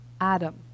Adam